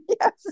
yes